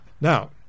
Now